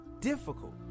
difficult